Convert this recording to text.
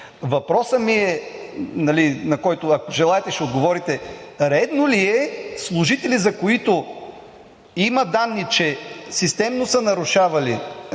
Въпросът ми е, на който, ако желаете, ще отговорите: редно ли е служители, за които има данни, че системно са нарушавали